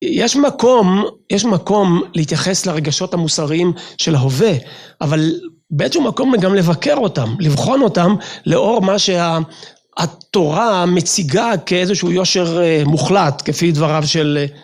יש מקום, יש מקום להתייחס לרגשות המוסריים של ההווה, אבל באיזשהו מקום גם לבקר אותם, לבחון אותם, לאור מה שהתורה מציגה כאיזשהו יושר מוחלט, כפי דבריו של...